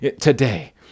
today